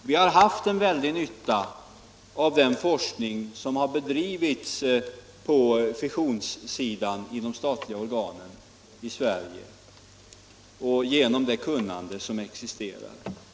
Vi har haft en mycket stor nytta av den forskning som har bedrivits på fissionsområdet i de statliga organen i Sverige och genom det kunnande som därigenom existerar.